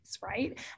right